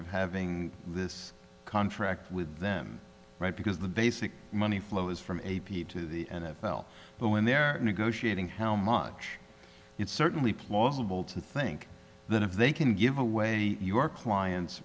of having this contract with them right because the basic money flows from the n f l but when they're negotiating how much it certainly plausible to think that if they can give away your client